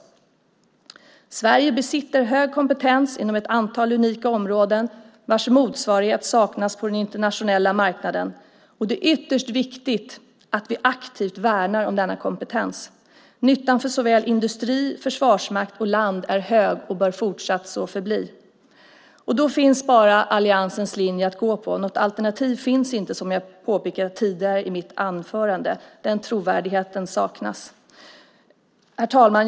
Sverige besitter hög kompetens inom ett antal unika områden vars motsvarighet saknas på den internationella marknaden, och det är ytterst viktigt att vi aktivt värnar om denna kompetens. Nyttan för såväl industri och försvarsmakt som land är hög och bör fortsatt så förbli. Och då finns bara alliansens linje att gå på - något alternativ finns inte, som jag påpekade tidigare i mitt anförande. Den trovärdigheten saknas. Herr talman!